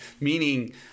meaning